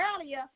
earlier